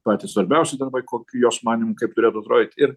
patys svarbiausi darbai kokiu jos manymu kaip turėtų atrodyt ir